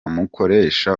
mukoresha